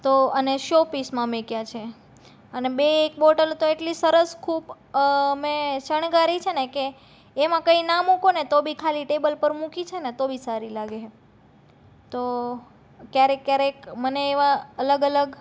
તો અને શો પીસમાં મૂક્યા છે અને બે એક બોટલો તો એટલી સરસ ખૂબ મેં શણગારી છે કે એમાં કઈ ના મૂકો ને તો બી ખાલી ટેબલ પર મૂકી છે ને તો બી સારી લાગે છે તો કયારેક કયારેક મને એવા અલગ અલગ